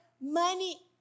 money